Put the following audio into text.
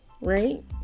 right